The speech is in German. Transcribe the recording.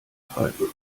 treiben